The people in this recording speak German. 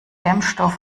dämmstoff